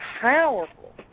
powerful